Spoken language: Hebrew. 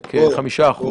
זה כ-5%.